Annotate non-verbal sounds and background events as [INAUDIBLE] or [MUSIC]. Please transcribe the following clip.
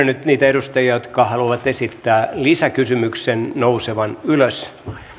[UNINTELLIGIBLE] nyt niitä edustajia jotka haluavat esittää lisäkysymyksen nousemaan ylös